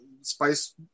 Spice